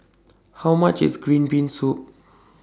How much IS Green Bean Soup